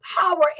power